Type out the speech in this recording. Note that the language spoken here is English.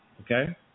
okay